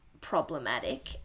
problematic